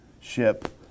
ship